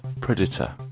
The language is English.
predator